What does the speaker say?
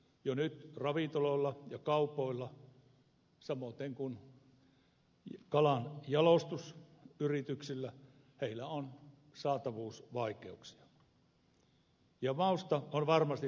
jo nyt ravintoloilla ja kaupoilla samoiten kuin kalanjalostusyrityksillä on saatavuusvaikeuksia ja mausta on varmasti turha tässä mainitakaan